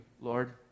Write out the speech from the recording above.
Lord